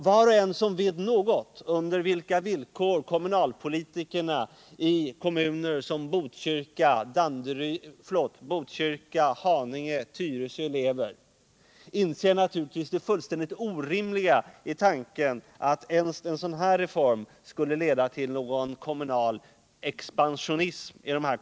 Var och en som vet något om under vilka villkor kommunalpolitiker i kommuner som Botkyrka, Haninge och Tyresö lever inser naturligtvis det fullständigt orimliga i tanken att ens en sådan här reform skulle leda till någon kommunal expansion där.